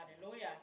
Hallelujah